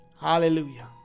Hallelujah